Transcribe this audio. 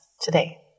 today